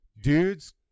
Dudes